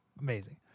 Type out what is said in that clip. Amazing